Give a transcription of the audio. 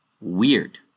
Weird